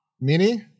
Mini